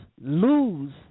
lose